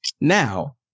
Now